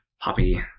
Poppy